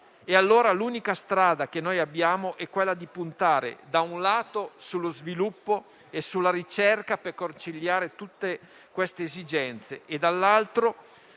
Allora l'unica strada che abbiamo è quella di puntare - da un lato - sullo sviluppo e sulla ricerca per conciliare tutte queste esigenze e - dall'altro